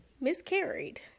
Miscarried